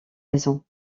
raisons